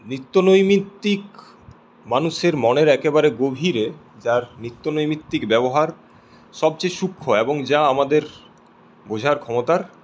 নিত্যনৈমিত্তিক মানুষের মনের একেবারে গভীরে যার নিত্যনৈমিত্তিক ব্যবহার সবচেয়ে সূক্ষ এবং যা আমাদের বোঝার ক্ষমতার